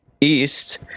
east